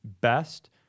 best